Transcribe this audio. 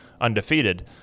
undefeated